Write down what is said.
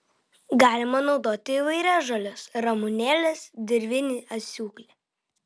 galima naudoti įvairias žoles ramunėles dirvinį asiūklį